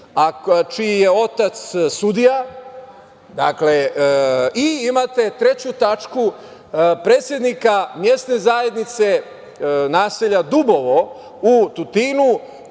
čiji je otac sudija, dakle, i imate treću tačku, predsednika Mesne zajednice naselja Dubovo u Tutinu,